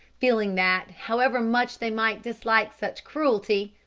feeling that, however much they might dislike such cruelty,